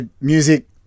music